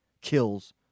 kills